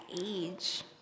age